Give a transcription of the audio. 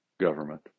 government